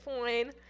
fine